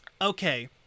okay